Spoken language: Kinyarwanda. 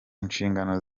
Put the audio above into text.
nshingano